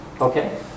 Okay